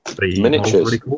Miniatures